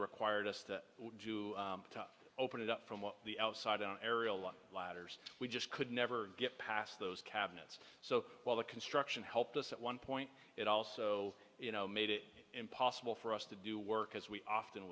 required us to do open it up from the outside an aerial on ladders we just could never get past those cabinets so while the construction helped us at one point it also made it impossible for us to do work as we often